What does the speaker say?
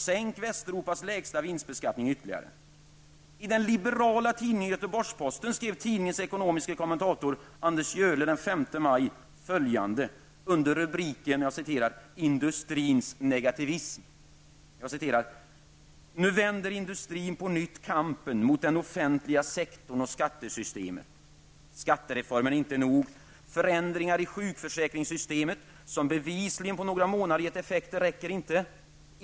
Det innebär alltså en uppmaning om att Västeuropas lägsta vinstbeskattning skall sänkas ytterligare. I den liberala tidningen Göteborgs ''Nu vänder industrin på nytt kampen mot den offentliga sektorn och skattesystemet. Skattereformen är inte nog, förändringar i sjukförsäkringssystemet som bevisligen på några månader gett effekter räcker inte.